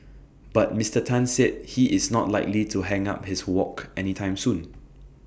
but Mister Tan said he is not likely to hang up his wok anytime soon